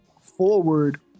forward